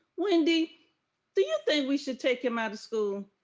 wendy do you think we should take him out of school?